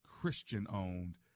Christian-owned